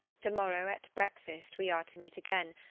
to-morrow, at breakfast, we are to meet again,